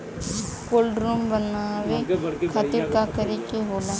Cold room बनावे खातिर का करे के होला?